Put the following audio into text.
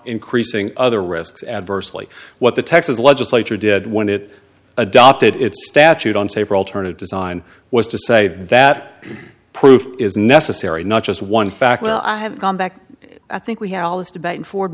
increasing other risks adversely what the texas legislature did when it adopted its statute on safer alternative design was to say that proof is necessary not just one fact well i have gone back i think we had all this debate in ford